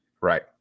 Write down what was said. Right